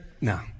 No